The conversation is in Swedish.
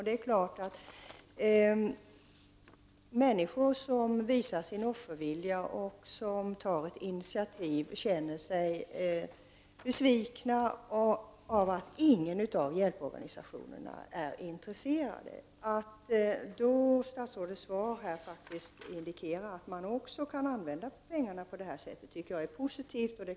Det är klart att människor som visar offervilja och som tar initiativ känner sig besvikna när ingen av hjälporganisationerna visar intresse. Statsrådets svar, att pengarna kan användas på nämnda sätt, tycker jag är positivt.